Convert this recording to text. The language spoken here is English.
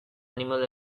animals